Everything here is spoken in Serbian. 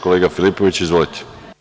Kolega Filipoviću, izvolite.